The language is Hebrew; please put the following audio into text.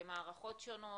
למערכות שונות.